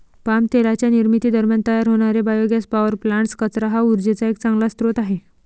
palm तेलाच्या निर्मिती दरम्यान तयार होणारे बायोगॅस पॉवर प्लांट्स, कचरा हा उर्जेचा एक चांगला स्रोत आहे